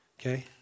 okay